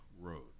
Road